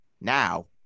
now